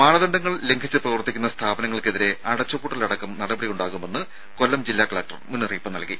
മാനദണ്ധങ്ങൾ ലംഘിച്ച് പ്രവർത്തിക്കുന്ന സ്ഥാപനങ്ങൾക്കെതിരെ അടച്ചുപൂട്ടൽ അടക്കം നടപടി ഉണ്ടാകുമെന്ന് ജില്ലാ കലക്ടർ മുന്നറിയിപ്പ് നൽകി